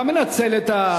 אתה מנצל את,